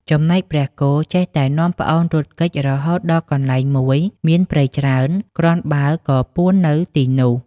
ចំណែកព្រះគោចេះតែនាំប្អូនរត់គេចរហូតដល់កន្លែងមួយមានព្រៃច្រើនគ្រាន់បើក៏ពួននៅទីនោះ។